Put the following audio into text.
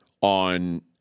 on